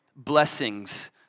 blessings